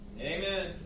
Amen